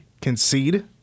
concede